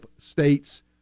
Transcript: States